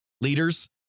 leaders